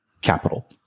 capital